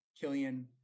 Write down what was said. Killian